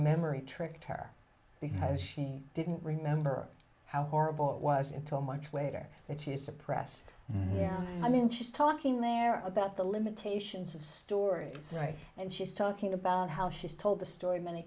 memory tricked her because she didn't remember how horrible it wasn't till much later that she suppressed yeah i mean she's talking there about the limitations of story and she's talking about how she's told the story many